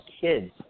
kids